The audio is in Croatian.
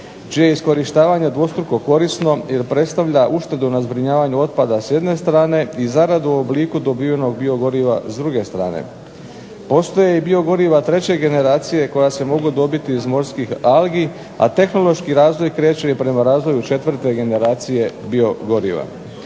čije iskorištavanje dvostruko korisno jer predstavlja uštedu na zbrinjavanju otpada s jedne strane i zaradu u obliku dobivenog bio goriva s druge strane. Postoje i biogoriva treće generacije koja se mogu dobiti iz morskih algi a tehnološki razvoj kreće prema razvoju četvrte generacije biogoriva.